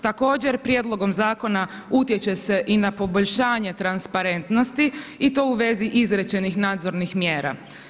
Također, prijedlogom zakona utječe se i na poboljšanje transparentnosti i to u vezi izrečenih nadzornih mjera.